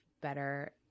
better